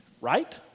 right